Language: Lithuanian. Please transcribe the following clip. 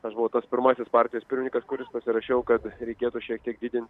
aš buvau tas pirmasis partijos pirmininkas kuris pasirašiau kad reikėtų šiek tiek didin